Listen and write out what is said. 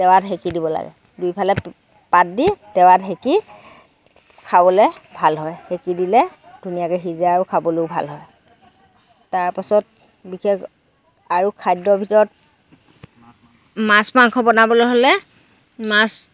তেৱাত সেকি দিব লাগে দুইফালে পাত দি টেৱাত সেকি খাবলৈ ভাল হয় সেকি দিলে ধুনীয়াকৈ সিজে আৰু খাবলৈও ভাল হয় তাৰপাছত বিশেষ আৰু খাদ্যৰ ভিতৰত মাছ মাংস বনাবলৈ হ'লে মাছ